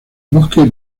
bosque